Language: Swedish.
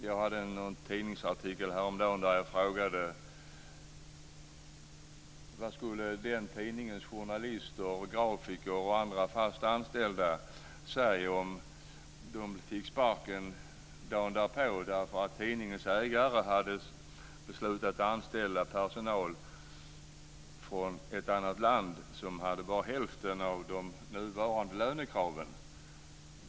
Jag läste en tidningsartikel häromdagen och frågade: Vad skulle den tidningens journalister, grafiker och andra fast anställda säga om de fick sparken dagen därpå därför att tidningens ägare hade beslutat att anställa personal från ett annat land och med bara hälften så höga lönekrav som den nuvarande?